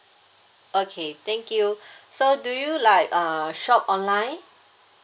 okay thank you so do you like uh shop online